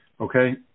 Okay